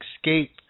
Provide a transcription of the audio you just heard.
escape